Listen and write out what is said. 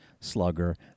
slugger